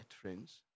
friends